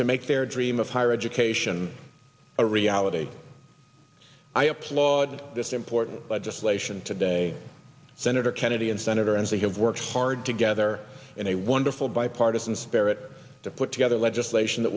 to make their dream of higher education a reality i applaud this important legislation today senator kennedy and senator enzi have worked hard together in a wonderful bipartisan spirit to put together legislation that